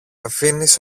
αφήνεις